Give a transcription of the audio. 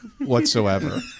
whatsoever